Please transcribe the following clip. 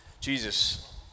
Jesus